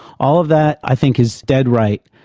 all of that, i think, is dead right,